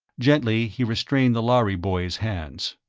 gently, he restrained the lhari boy's hands.